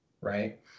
right